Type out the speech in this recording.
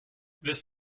this